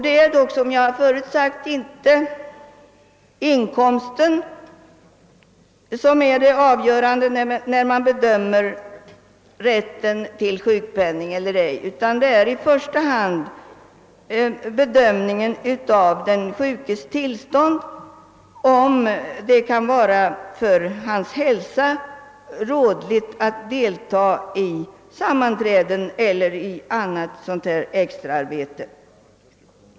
Det är dock, som jag förut har sagt, inte inkomsten som är det avgörande när man bedömer rätten till sjukpenning, utan det är i första hand en fråga om bedömningen av den sjukes tillstånd och om det kan för hans hälsa vara tillrådligt att delta i sammanträden eller att utföra andra sådana här extraarbeten.